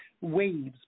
waves